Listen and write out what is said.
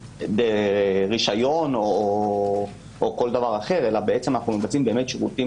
ברשיון או כל דבר אחר אלא מבצעים שירותים